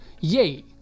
Yay